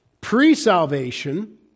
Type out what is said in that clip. pre-salvation